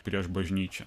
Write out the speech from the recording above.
prieš bažnyčią